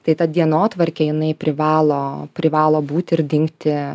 tai ta dienotvarkė jinai privalo privalo būti ir dingti